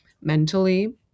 mentally